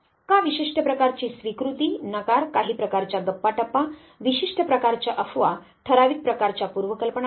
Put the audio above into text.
का विशिष्ट प्रकारची स्वीकृती नकार काही प्रकारच्या गप्पाटप्पा विशिष्ट प्रकारच्या अफवा ठराविक प्रकारच्या पूर्वकल्पना आहेत